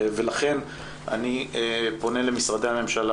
ולכן אני פונה למשרדי הממשלה,